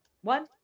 one